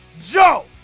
Joe